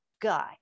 guy